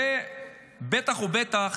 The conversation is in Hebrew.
בטח ובטח